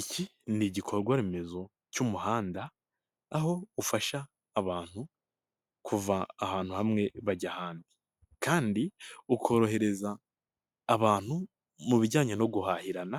Iki ni igikorwa remezo cy'umuhanda. Aho ufasha abantu kuva ahantu hamwe bajya ahandi kandi ukorohereza abantu, mu bijyanye no guhahirana